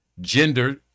gender